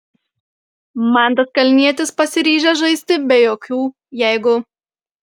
mantas kalnietis pasiryžęs žaisti be jokių jeigu